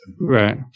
Right